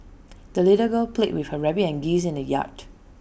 the little girl played with her rabbit and geese in the yard